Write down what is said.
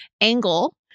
angle